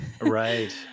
Right